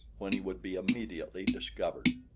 when he would be immediately discovered.